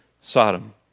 Sodom